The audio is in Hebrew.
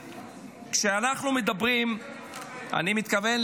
וכשאנחנו מדברים --- למי אתה מתכוון,